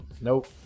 Nope